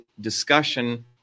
discussion